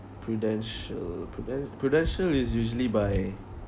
Prudential prudent~ Prudential is usually by